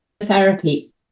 therapy